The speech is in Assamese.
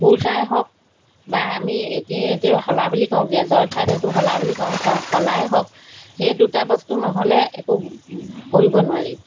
কুৰ্চাই হওক বা আমি এতিয়া এতিয়াও শলা বুলি কওঁ গেজৰ ঠাইত এইটো শলা বুলি কওঁ শলাই হওক সেই দুটা বস্তু নহ'লে একো কৰিব নোৱাৰি